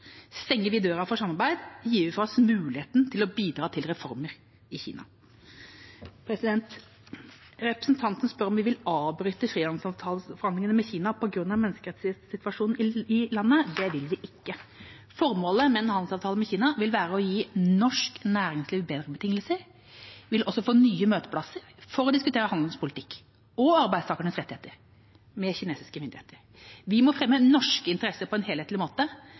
vi døra for samarbeid, gir vi fra oss muligheten til å bidra til reformer i Kina. Representanten spør om vil avbryte frihandelsavtaleforhandlingene med Kina på grunn av menneskerettighetssituasjonen i landet. Det vil vi ikke. Formålet med en handelsavtale med Kina vil være å gi norsk næringsliv bedre betingelser. Vi vil også få nye møteplasser for å diskutere handelspolitikk og arbeidstakernes rettigheter med kinesiske myndigheter. Vi må fremme norske interesser på en helhetlig måte.